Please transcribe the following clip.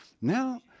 Now